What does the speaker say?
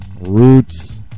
Roots